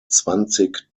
zwanzig